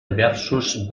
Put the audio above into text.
diversos